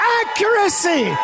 accuracy